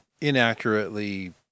inaccurately